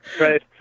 right